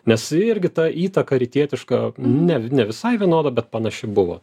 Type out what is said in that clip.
nes irgi ta įtaka rytietiška ne ne visai vienoda bet panaši buvo